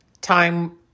Time